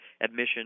admission